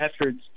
efforts